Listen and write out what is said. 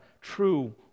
true